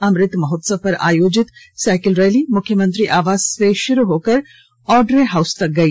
अमृत महोत्सव पर आयोजित साईकिल रैली मुख्यमंत्री आवास से शुरू होकर ऑड्रे हाउस तक गई